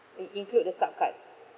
in~ include the sup card